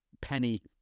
penny